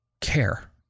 care